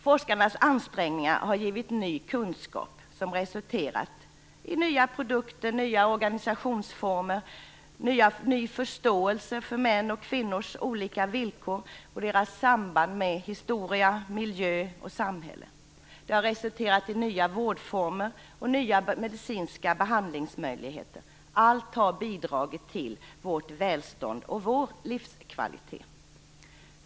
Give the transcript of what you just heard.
Forskarnas ansträngningar har givit ny kunskap som har resulterat i nya produkter, nya organisationsformer, ny förståelse för mäns och kvinnors olika villkor och deras samband med historia, miljö och samhälle. Det har resulterat i nya vårdformer och nya medicinska behandlingsmöjligheter. Allt har bidragit till vårt välstånd och vår livskvalitet.